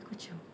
aku macam